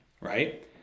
right